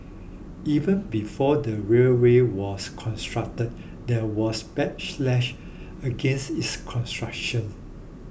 even before the railway was constructed there was backlash against its construction